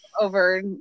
over